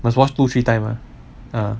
must wash two three time ah